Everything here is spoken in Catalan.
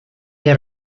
que